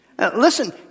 Listen